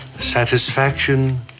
Satisfaction